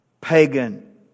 pagan